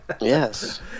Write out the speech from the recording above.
Yes